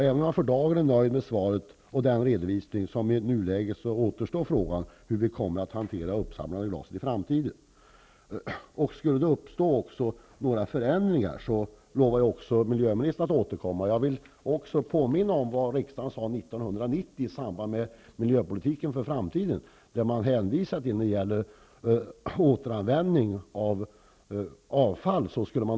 Även om jag för dagen är nöjd med svaret och redovisningen av vad som gäller i nuläget, återstår frågan hur vi kommer att hantera det uppsamlade glaset i framtiden. Miljöministern lovar att återkomma om det uppstår några förändringar, och jag vill då påminna om vad riksdagen sade 1990 i samband med behandlingen av miljöpolitiken för framtiden, nämligen att man skulle återkomma beträffande återanvändning av avfall.